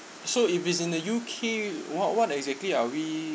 so if it's in the U_K what what exactly are we